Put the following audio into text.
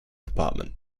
department